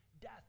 death